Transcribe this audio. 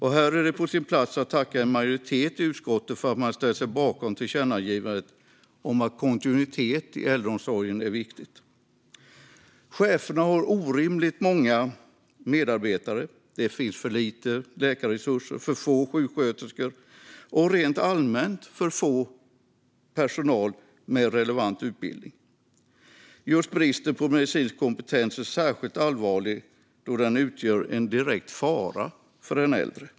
Här är det på sin plats att tacka en majoritet i utskottet för att man ställt sig bakom tillkännagivandet om att kontinuitet inom äldreomsorgen är viktigt. Chefer har orimligt många medarbetare. Det finns för lite läkarresurser och för få sjuksköterskor. Rent allmänt finns det för lite personal med relevant utbildning. Just bristen på medicinsk kompetens är särskilt allvarlig, då den utgör en direkt fara för den äldre.